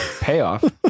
payoff